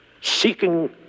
seeking